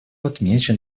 отмечен